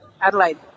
Adelaide